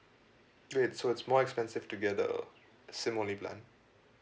wait so it's more expensive together SIM only plan